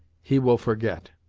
he will forget.